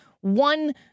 one